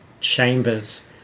chambers